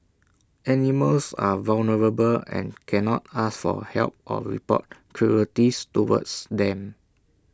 animals are vulnerable and cannot ask for help or report cruelties towards them